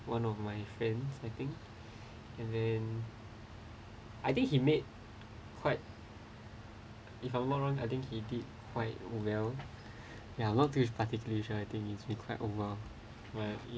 one of my friends I think and then I think he made quite if I'm not wrong I think he did quite well ya long-term is particularly usual I think it's required over